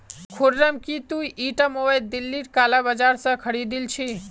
खुर्रम की ती ईटा मोबाइल दिल्लीर काला बाजार स खरीदिल छि